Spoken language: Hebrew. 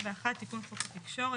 81. תיקון חוק התקשורת.